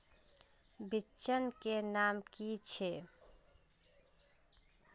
बिचन के नाम की छिये?